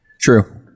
True